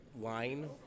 line